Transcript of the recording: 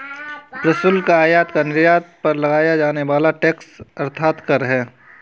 प्रशुल्क, आयात या निर्यात पर लगाया जाने वाला टैक्स अर्थात कर है